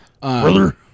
Brother